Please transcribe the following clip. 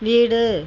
வீடு